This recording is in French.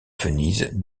venise